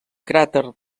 cràter